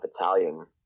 Italian